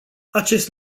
acest